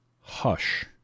Hush